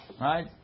right